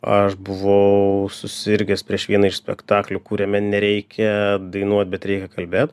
aš buvau susirgęs prieš vieną iš spektaklių kuriame nereikia dainuot bet reikia kalbėt